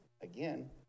again